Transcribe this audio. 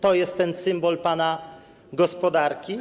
To jest ten symbol pana gospodarki?